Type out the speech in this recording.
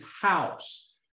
house